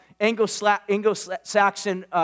Anglo-Saxon